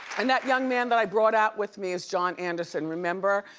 and that young man that i brought out with me is john anderson. remember,